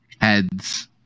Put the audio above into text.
heads